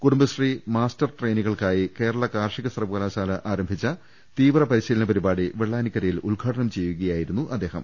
കുടും ബശ്രീ മാസ്റ്റർ ട്രെയിനികൾക്കായി കേരളാ കാർഷിക സർവകലാ ശാല ആരംഭിച്ച തീവ്ര പരിശീലന പരിപാടി വെള്ളാനിക്കരയിൽ ഉദ്ഘാടനം ചെയ്യുകയായിരുന്നു അദ്ദേഹം